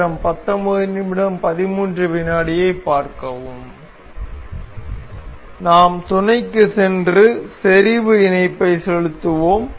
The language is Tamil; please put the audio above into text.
நாம் துணைக்குச் சென்று செறிவு இணைப்பைச் செலுத்துவோம்